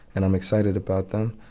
and i'm excited about them.